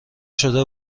شده